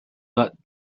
that